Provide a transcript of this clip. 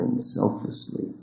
selflessly